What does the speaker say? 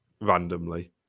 randomly